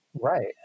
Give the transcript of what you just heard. Right